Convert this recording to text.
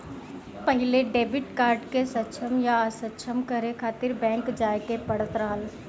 पहिले debit card के सक्षम या असक्षम करे खातिर बैंक जाए के पड़त रहल